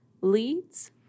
leads